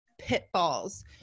pitfalls